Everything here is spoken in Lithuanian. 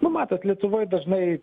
nu matot lietuvoj dažnai